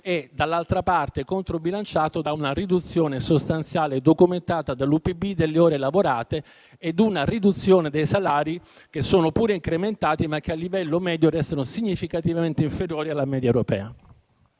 è dall'altra parte controbilanciato da una riduzione sostanziale documentata dall'UPB delle ore lavorate e da una riduzione dei salari che sono pure incrementati, ma che a livello medio restano significativamente inferiori alla media europea.